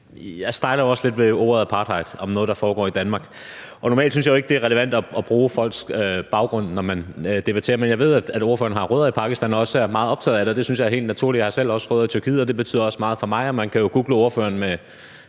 Jeg stejler også lidt over ordet apartheid brugt om noget, der foregår i Danmark. Normalt synes jeg jo ikke, det er relevant at bruge folks baggrund, når man debatterer, men jeg ved, at ordføreren også har rødder i Pakistan og er meget optaget af det. Det synes jeg er helt naturligt, jeg har selv rødder i Tyrkiet, og det betyder også meget for mig. Og man kan google ordføreren